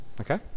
Okay